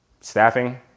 staffing